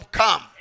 come